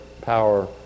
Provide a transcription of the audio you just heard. power